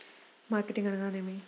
Marketing అనగానేమి?